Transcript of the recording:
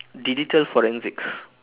digital forensics